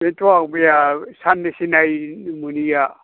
बेनोथ'आं मैया साननैसो नायनो मोनिया